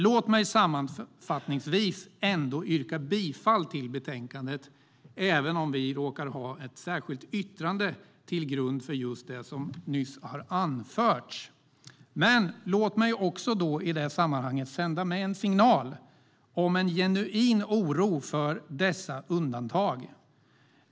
Låt mig sammanfattningsvis yrka bifall till förslaget i betänkandet, även om vi råkar ha ett särskilt yttrande till grund för det som nyss har anförts. Låt mig också i det sammanhanget sända med en signal om en genuin oro för dessa undantag.